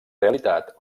realitat